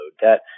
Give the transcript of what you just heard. debt